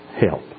help